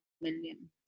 million